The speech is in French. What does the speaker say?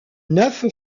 neuf